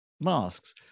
masks